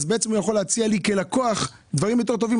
הוא בעצם יכול להציע לי כלקוח דברים יותר טובים.